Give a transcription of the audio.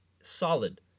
solid